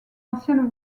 anciennes